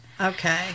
okay